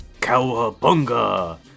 Cowabunga